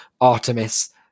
Artemis